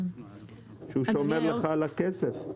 גם כשהוא שומר לך על הכסף.